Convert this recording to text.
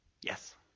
Yes